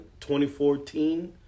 2014